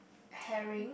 haring